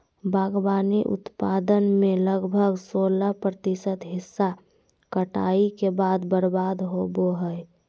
बागवानी उत्पादन में लगभग सोलाह प्रतिशत हिस्सा कटाई के बाद बर्बाद होबो हइ